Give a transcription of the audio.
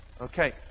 Okay